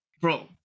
Bro